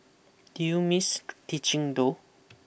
do you miss teaching though